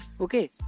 okay